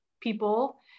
people